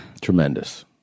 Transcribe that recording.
Tremendous